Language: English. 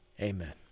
Amen